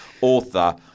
author